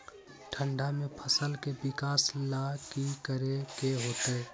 ठंडा में फसल के विकास ला की करे के होतै?